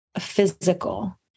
physical